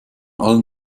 allen